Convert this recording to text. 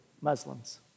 muslims